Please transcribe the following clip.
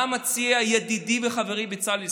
מה מציע ידידי וחברי בצלאל סמוטריץ'?